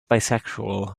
bisexual